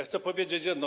Chcę powiedzieć jedno.